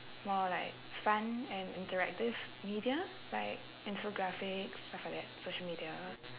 more like fun and interactive media like infographics stuff like that social media